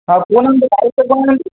हं कोन आहे त्याचं डायरेक्टर म्हणाली